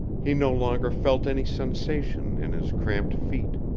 he no longer felt any sensation in his cramped feet.